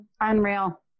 Unreal